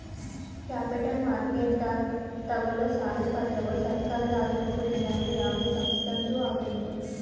capital ಮಾರ್ಕೆಟ್ದಾಗ್ ತಗೋಳವ್ ಸಾಲದ್ ಪತ್ರಗೊಳ್ ಸರಕಾರದ ಆಗಿರ್ಬಹುದ್ ಇಲ್ಲಂದ್ರ ಯಾವದೇ ಸಂಸ್ಥಾದ್ನು ಆಗಿರ್ಬಹುದ್